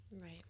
Right